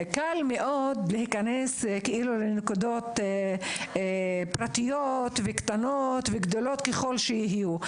קל מאוד להיכנס לנקודות פרטיות וקטנות וגדולות ככל שיהיו.